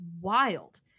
wild